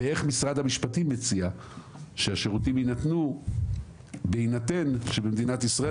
ואיך משרד המשפטים מציע שהשירותים יינתנו בהינתן שמדינת ישראל